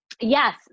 yes